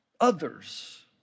others